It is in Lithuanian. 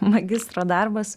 magistro darbas